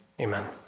Amen